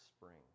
spring